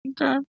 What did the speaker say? Okay